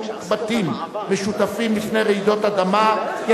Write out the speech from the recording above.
בתים משותפים מפני רעידות אדמה) (תיקון,